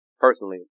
personally